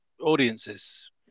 audiences